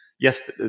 Yes